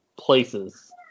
places